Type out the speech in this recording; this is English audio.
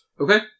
Okay